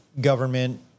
government